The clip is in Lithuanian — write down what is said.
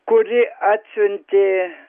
kuri atsiuntė